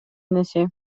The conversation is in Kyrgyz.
энеси